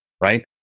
right